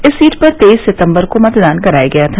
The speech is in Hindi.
इस सीट पर तेईस सितम्बर को मतदान कराया गया था